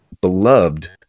beloved